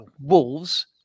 Wolves